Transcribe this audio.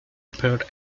appeared